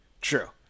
True